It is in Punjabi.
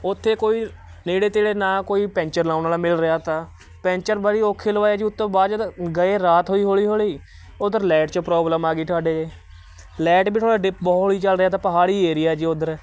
ਉੱਥੇ ਕੋਈ ਨੇੜੇ ਤੇੜੇ ਨਾ ਕੋਈ ਪੈਂਚਰ ਲਾਉਣ ਵਾਲਾ ਮਿਲ ਰਿਹਾ ਤਾ ਪੈਂਚਰ ਬੜੀ ਔਖੇ ਲਵਾਇਆ ਜੀ ਉਹ ਤੋਂ ਬਾਅਦ ਜਦ ਗਏ ਰਾਤ ਹੋਈ ਹੌਲੀ ਹੌਲੀ ਉੱਧਰ ਲੈਟ 'ਚ ਪ੍ਰੋਬਲਮ ਆ ਗਈ ਤੁਹਾਡੇ ਲੈਟ ਵੀ ਤੁਹਾਡੀ ਬਹੁਤ ਹੌਲੀ ਚੱਲ ਰਿਹਾ ਤਾ ਪਹਾੜੀ ਏਰੀਆ ਜੀ ਉੱਧਰ